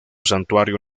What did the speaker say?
santuario